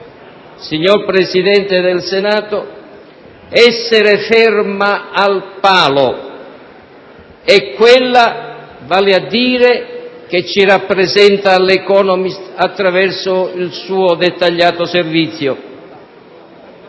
signor Presidente del Senato, essere ferma al palo e quella vale a dire che ci rappresenta al «The Economist» attraverso il suo dettagliato servizio.